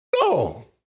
No